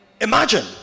Imagine